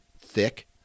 thick